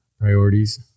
priorities